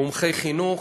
מומחי חינוך.